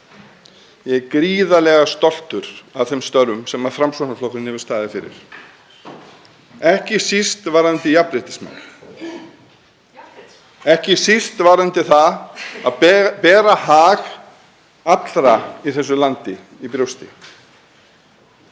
Ég er gríðarlega stoltur af þeim störfum sem Framsóknarflokkurinn hefur staðið fyrir, ekki síst varðandi jafnréttismálin, ekki síst varðandi það að bera hag allra í þessu landi fyrir brjósti.